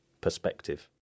perspective